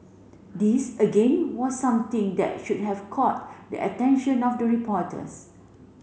this again was something that should have caught the attention of the reporters